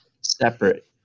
separate